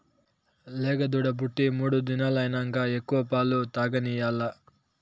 లేగదూడ పుట్టి మూడు దినాలైనంక ఎక్కువ పాలు తాగనియాల్ల